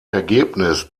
ergebnis